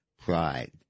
pride